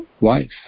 wife